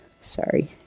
Sorry